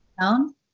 down